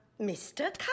Mr